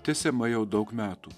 tęsiama jau daug metų